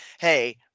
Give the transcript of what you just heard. Hey